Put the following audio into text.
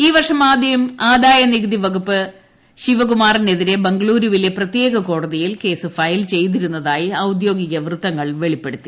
ഈ വർഷം ആദ്യം ആദായനികുതി വകുപ്പ് ശ്രീപ്പ്കുമാറിനെതിരെ ബംഗ്ലരൂവിലെ പ്രത്യേക കോടതിയിൽ കേസ് ഫയ്ൽ ചെയ്തിരുന്നതായി ഔദ്യോഗിക വൃത്തങ്ങൾ വെളിപ്പെടുത്തി